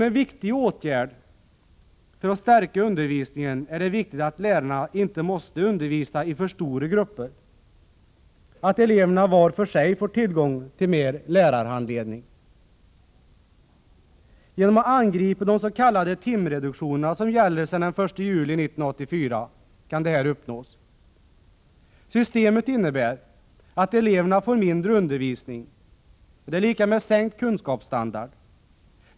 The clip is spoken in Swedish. En viktig åtgärd för att stärka undervisningen är att se till att lärarna inte behöver undervisa i alltför stora grupper och att eleverna får mer individuell lärarhandledning. Detta kan man åstadkomma genom att angripa systemet med de s.k. timreduktionerna, som gäller sedan den 1 juli 1984. Systemet innebär att eleverna får mindre undervisning, vilket är lika med sänkt kunskapsstandard.